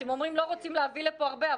אתם אומרים שאתם לא רוצים להביא לפה הרבה,